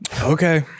Okay